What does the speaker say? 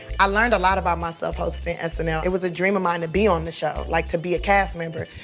i learned a lot about myself hosting snl. it was a dream of mine to be on the show, like, to be a cast member.